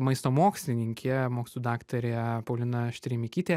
maisto mokslininkė mokslų daktarė paulina štreimikytė